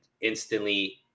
instantly